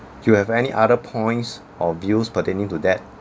you have any other points or views pertaining to that